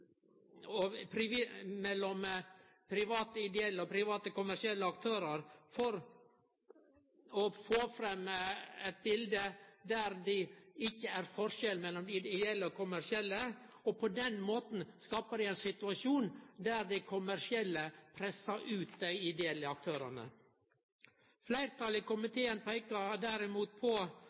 er forskjell mellom dei ideelle og kommersielle, og på den måten skapar dei ein situasjon der dei kommersielle pressar ut dei ideelle aktørane. Fleirtalet i komiteen peikar derimot på